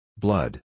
Blood